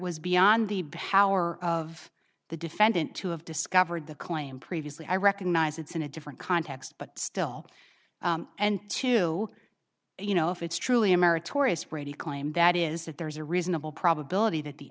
was beyond the but how are of the defendant to have discovered the claim previously i recognize it's in a different context but still and two you know if it's truly a meritorious brady claim that is that there is a reasonable probability that the